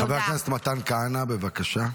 חבר הכנסת מתן כהנא, בבקשה.